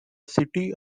city